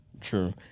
true